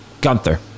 gunther